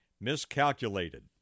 miscalculated